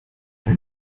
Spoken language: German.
oder